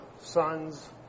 sons